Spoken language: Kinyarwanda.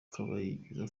kabayiza